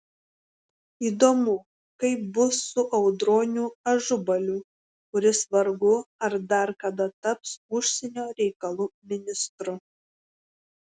įdomu kaip bus su audroniu ažubaliu kuris vargu ar dar kada taps užsienio reikalų ministru